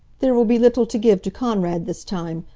there will be little to give to konrad this time.